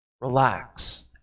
relax